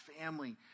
family